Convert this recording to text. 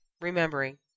remembering